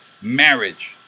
Marriage